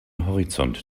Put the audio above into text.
horizont